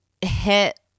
hit